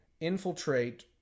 infiltrate